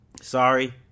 Sorry